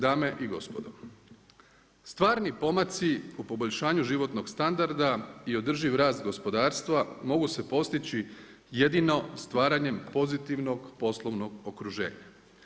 Dame i gospodo, stvarni pomaci poboljšanju životnog standarda i održiv rast gospodarstva mogu se postići jedino stvaranjem pozitivnog poslovnog okruženja.